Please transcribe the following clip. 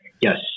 Yes